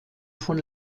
von